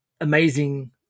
amazing